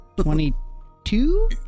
Twenty-two